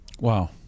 Wow